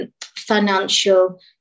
financial